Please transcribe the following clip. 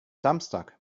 samstag